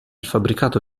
fabbricato